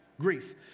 Grief